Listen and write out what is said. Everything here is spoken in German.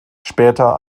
später